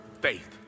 faith